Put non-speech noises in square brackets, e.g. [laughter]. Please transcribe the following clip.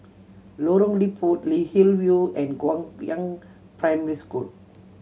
Lorong Liput [unintelligible] Hillview and Guangyang Primary School